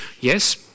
yes